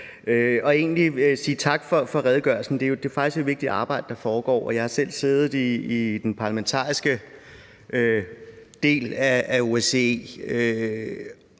og egentlig sige tak for redegørelsen. Det er faktisk et vigtigt arbejde, der foregår, og jeg har selv siddet i den parlamentariske del af OSCE.